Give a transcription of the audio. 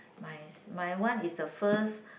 my s~ my one is the first